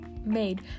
made